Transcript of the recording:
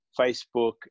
Facebook